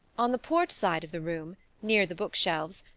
on the port side of the room, near the bookshelves,